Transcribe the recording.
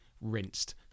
rinsed